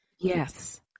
yes